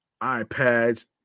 iPads